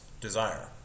desire